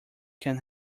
can